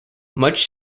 much